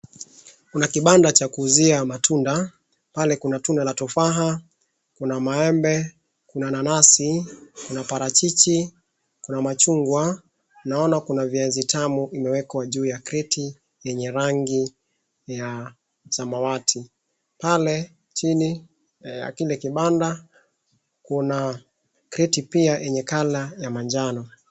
Kuna kibanda cha kuuzia matunda. Pale kuna tunda la tufaha, kuna maembe, kuna nanasi, kuna parachichi, kuna machungwa, naona kuna viazi tamu imewekwa juu ya kreti yenye rangi ya samawati. Pale chini ya kile kibanda kuna kreti pia yenye color ya manjano.